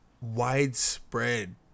widespread